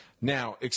Now